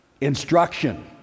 instruction